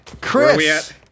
Chris